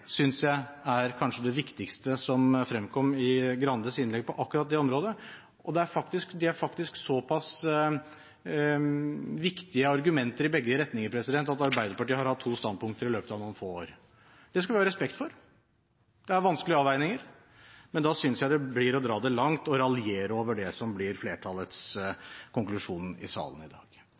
synes jeg er kanskje det viktigste som fremkom i Grandes innlegg, på akkurat det området. Og det er faktisk såpass viktige argumenter i begge retninger at Arbeiderpartiet har hatt to standpunkter i løpet av noen få år. Det skal vi ha respekt for. Det er vanskelige avveininger. Men da synes jeg det å raljere over det som blir flertallets konklusjon i salen i dag,